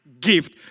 gift